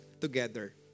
together